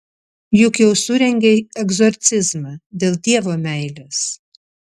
juk jau surengei egzorcizmą dėl dievo meilės